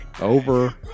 over